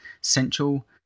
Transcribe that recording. central